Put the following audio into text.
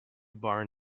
barn